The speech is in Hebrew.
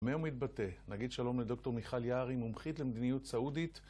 מי הוא מתבטא? נגיד שלום לדוקטור מיכאל יערי, מומחית למדיניות סעודית.